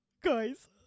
Guys